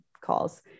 calls